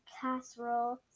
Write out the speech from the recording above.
casserole